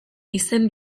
izen